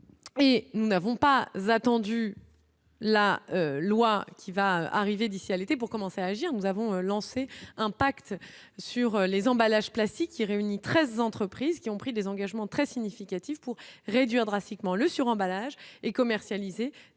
nous n'avons pas va la loi qui va arriver d'ici à l'été pour commencer à agir, nous avons lancé un pacte sur les emballages plastiques qui réunit 13 entreprises qui ont pris des engagements très significatives pour réduire drastiquement le suremballage et commercialiser des produits qui